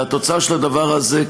והתוצאה של הדבר הזה,